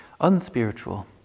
unspiritual